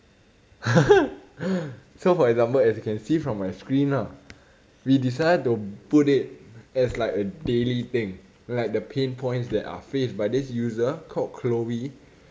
so for example as you can see from my screen ah we decided to put it as like a daily thing like the pain points that are faced by the user call chloe